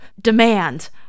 demand